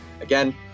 again